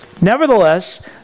Nevertheless